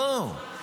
לא.